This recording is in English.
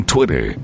Twitter